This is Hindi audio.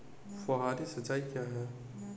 फुहारी सिंचाई क्या है?